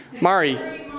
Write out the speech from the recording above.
Mari